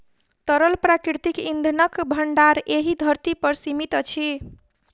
तरल प्राकृतिक इंधनक भंडार एहि धरती पर सीमित अछि